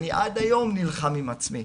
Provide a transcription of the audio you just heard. אני עד היום נלחם עם עצמי,